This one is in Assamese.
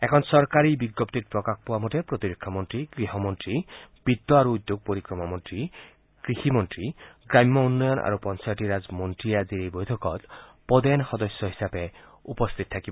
এখন চৰকাৰী বিজ্ঞপ্তিত প্ৰকাশ পোৱা মতে প্ৰতিৰক্ষামন্ত্ৰী গৃহমন্ত্ৰী বিত্ত আৰু উদ্যোগ পৰিক্ৰমা মন্ত্ৰী কৃষিমন্ত্ৰী গ্ৰাম্য উন্নয়ন আৰু পঞ্চায়তীৰাজ মন্ত্ৰীয়ে আজিৰ এই বৈঠকত পদেন সদস্য হিচাপে উপস্থিত থাকিব